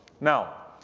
Now